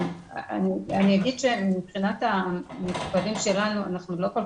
אני אגיד שמבחינת המספרים שלנו אנחנו לא כל